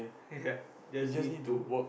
ya just need to